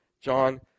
John